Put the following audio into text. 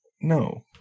No